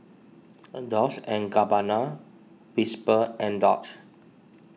Dolce and Gabbana Whisper and Doux